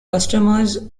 customers